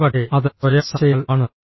ഒരുപക്ഷേ അത് സ്വയം സംശയങ്ങൾ ആണ്